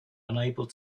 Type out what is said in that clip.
unable